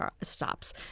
stops